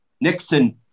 Nixon